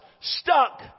stuck